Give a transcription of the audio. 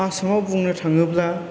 आसामाव बुंनो थाङोब्ला